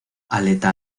aleta